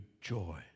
joy